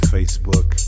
Facebook